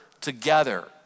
together